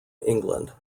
england